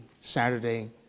Saturday